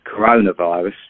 coronavirus